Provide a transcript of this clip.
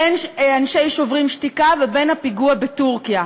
בין אנשי "שוברים שתיקה" ובין הפיגוע בטורקיה.